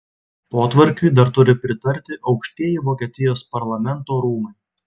potvarkiui dar turi pritarti aukštieji vokietijos parlamento rūmai